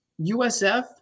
USF